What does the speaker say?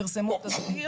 פרסמו תזכיר,